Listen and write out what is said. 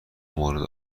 مورد